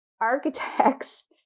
architects